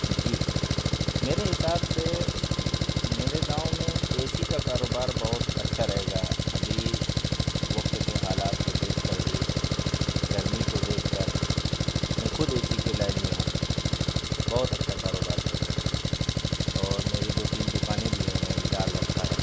جی میرے حساب سے میرے گاؤں میں اے سی کا کاروبار بہت اچھا رہے گا ابھی وقت کے حالات کو دیکھ کر بھی گرمی کو دیکھ کر میں خود اے سی کے لائن میں ہوں بہت اچھا کاروبار چلتا ہے اور میری دو تین دکانیں بھی ہیں میں نے ڈال رکھا ہے